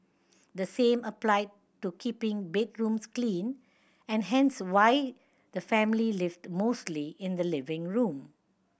the same applied to keeping bedrooms clean and hence why the family lived mostly in the living room